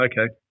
okay